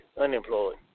unemployed